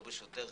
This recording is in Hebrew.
לא בשוטר